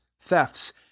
thefts